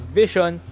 vision